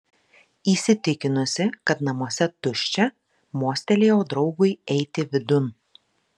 įsitikinusi kad namuose tuščia mostelėjau draugui eiti vidun